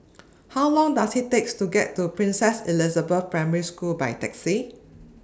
How Long Does IT Take to get to Princess Elizabeth Primary School By Taxi